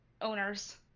owners